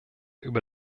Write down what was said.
über